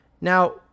Now